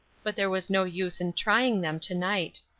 but there was no use in trying them to-night.